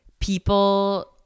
people